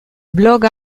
blog